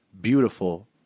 beautiful